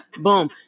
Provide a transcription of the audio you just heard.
Boom